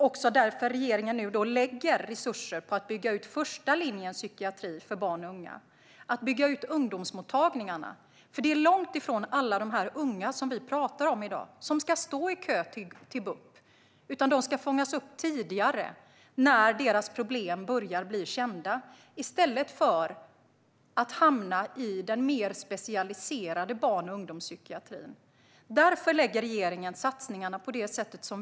Därför lägger regeringen nu resurser på att bygga ut första linjens psykiatri för barn och unga, det vill säga att bygga ut ungdomsmottagningarna. Det är långt ifrån alla de unga vi pratar om i dag som ska stå i kö till BUP. De ska fångas upp tidigare när deras problem börjar bli kända, i stället för att hamna i den mer specialiserade barn och ungdomspsykiatrin. Därför lägger regeringen satsningarna på det sätt vi gör.